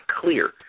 clear